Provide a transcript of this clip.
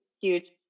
huge